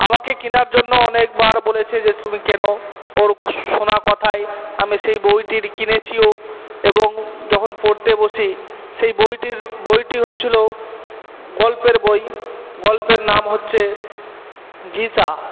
আমাকে কেনার জন্য অনেক বার বলেছে যে তুমি কেন ওর শোনা কথায় আমি সেই বইটির কিনেছিও এবং যখন পড়তে বসি সেই বইটির বইটি হচ্ছিলো গল্পের বই গল্পের নাম হচ্ছে গিসা